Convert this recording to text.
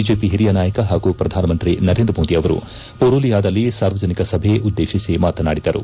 BJP ಹಿರಿಯ ನಾಯಕ ಹಾಗೂ ಪ್ರಧಾನಮಂತ್ರಿ ನರೇಂದ್ರ ಮೋದಿ ಅವರು ಪುರುಲಿಯಾದಲ್ಲಿ ಸಾರ್ವಜನಿಕ ಸಭೆಯನ್ನುದ್ದೇಶಿಸಿ ಮಾತನಾಡಿದರು